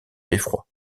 beffroi